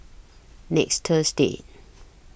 next Thursday